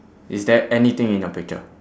is there anything in your picture